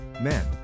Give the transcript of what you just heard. Men